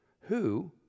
Who